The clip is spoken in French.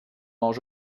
mange